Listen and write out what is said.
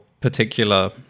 particular